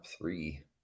three